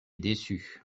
déçus